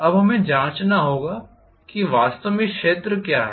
अब हमें जांचना होगा कि वास्तव में यह क्षेत्र क्या है